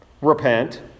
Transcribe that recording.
Repent